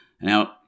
now